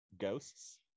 ghosts